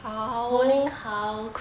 holy cow